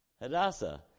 Hadassah